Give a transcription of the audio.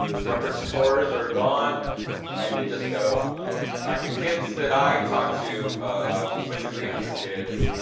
record stores are gone you just go in fact the kids that i talk to, um especially the younger kids,